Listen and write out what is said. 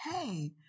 Hey